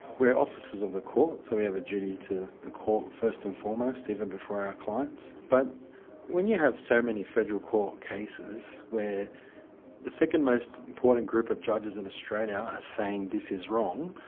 we're officers of the court. so we have a duty to the court first and foremost, even before our clients. but when you have so many federal court cases where the second most important group of judges in australia are saying, this is wrong,